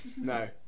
No